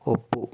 ಒಪ್ಪು